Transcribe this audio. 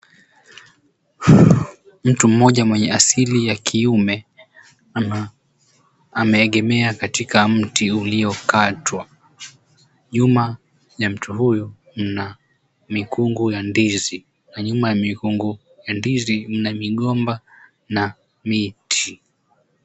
Mtu mmoja mwenye asili ya kiume ameegemea katika mti uliokatwa. Nyuma ya mtu huyu mna mikungu ya ndizi na nyuma ya mikungu ya ndizi mna migomba na miti.